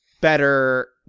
better